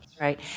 Right